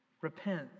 Repent